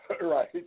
right